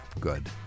good